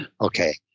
Okay